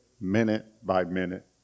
minute-by-minute